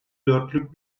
dörtlük